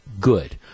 good